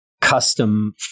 custom